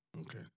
Okay